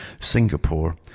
Singapore